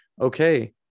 okay